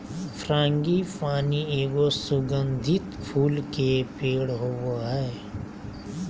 frangipani एगो सुगंधित फूल के पेड़ होबा हइ